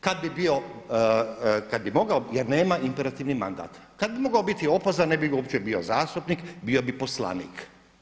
Kada biti bio, kada bi mogao, jer nema imperativni mandat, kada bi mogao biti opozvan ne bi uopće bio zastupnik, bio bi poslanik.